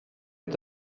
est